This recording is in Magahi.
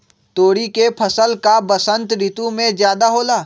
तोरी के फसल का बसंत ऋतु में ज्यादा होला?